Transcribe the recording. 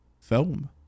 film